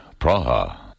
Praha